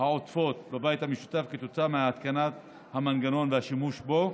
העודפות בבית המשותף כתוצאה מהתקנת המנגנון והשימוש בו.